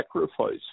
sacrifice